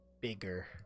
bigger